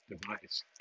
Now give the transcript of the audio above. device